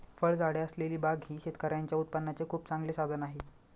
फळझाडे असलेली बाग ही शेतकऱ्यांच्या उत्पन्नाचे खूप चांगले साधन आहे